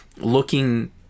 looking